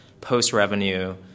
post-revenue